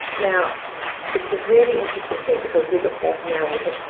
now it's a really interesting thing because we look back now we think, oh,